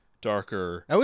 darker